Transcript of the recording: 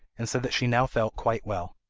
and said that she now felt quite well.